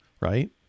right